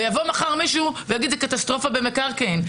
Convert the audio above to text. ויבוא מחר מישהו ויגיד שזה קטסטרופה במקרקעין.